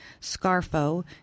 Scarfo